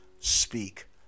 speak